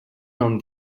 nom